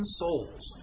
souls